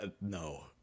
No